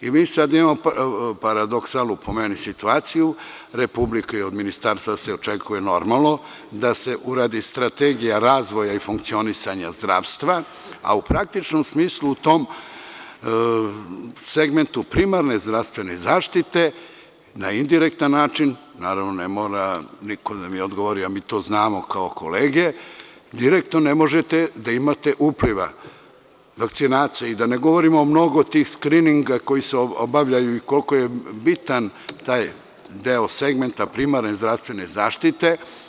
Mi sada imamoparadoksalnu, po meni situaciju, od Republike i ministarstva se očekuje da se uradi strategija razvoja i funkcionisanje zdravstva, a u praktičnom smislu u tom segmentu primarne zdravstvene zaštite, na indirektan način, naravno, ne mora niko da mi odgovori, a mi to znamo kao kolege, direktno ne možete da imate upliva i da ne govorimo o mnogo tih skrininga koji se obavljaju i koji su bitan deo segmenta primarne zdravstvene zaštite.